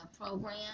program